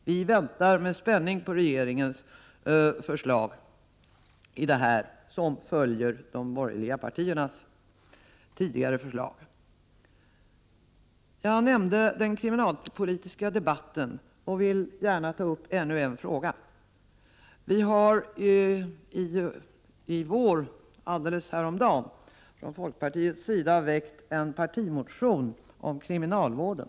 Vi väntar med spänning på att regeringens förslag skall följa de borgerliga partiernas tidigare förslag. Jag nämnde den kriminalpolitiska debatten och vill gärna ta upp ännu en fråga. Vi har från folkpartiets sida häromdagen väckt en partimotion om kriminalvården.